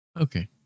Okay